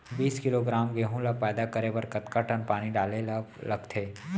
बीस किलोग्राम गेहूँ ल पैदा करे बर कतका टन पानी डाले ल लगथे?